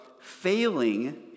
failing